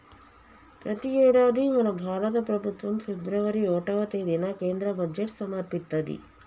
ప్రతి యేడాది మన భారత ప్రభుత్వం ఫిబ్రవరి ఓటవ తేదిన కేంద్ర బడ్జెట్ సమర్పిత్తది